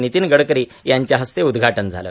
नितीन गडकरी यांच्या हस्ते उद्घाटन झालं